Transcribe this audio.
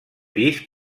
pis